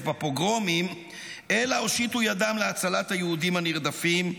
בפוגרומים אלא הושיטו ידם להצלת היהודים הנרדפים,